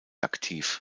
aktiv